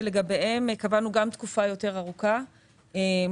שלגביהם קבענו תקופה יותר ארוכה לפיצויים,